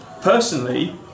personally